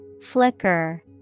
Flicker